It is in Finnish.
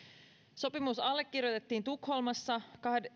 sopimus allekirjoitettiin tukholmassa